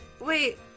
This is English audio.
Wait